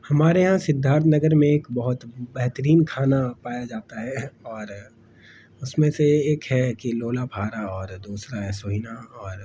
ہمارے یہاں سدھارتھ نگر میں ایک بہت بہترین کھانا پایا جاتا ہے اور اس میں سے ایک ہے کہ لولا پھارا اور دوسرا ہے سوہینا اور